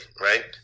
right